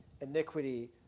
iniquity